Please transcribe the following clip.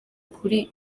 kuri